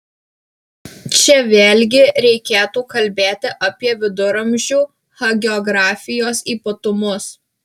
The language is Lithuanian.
čia vėlgi reikėtų kalbėti apie viduramžių hagiografijos ypatumus